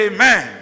Amen